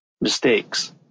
mistakes